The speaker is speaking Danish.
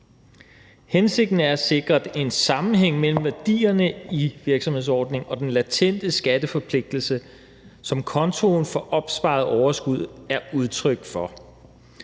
Hensigten er at sikre en sammenhæng mellem værdierne i virksomhedsordningen og den latente skatteforpligtelse, som kontoen for opsparet overskud er udtryk for.